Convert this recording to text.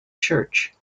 church